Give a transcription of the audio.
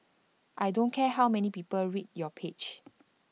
I don't care how many people read your page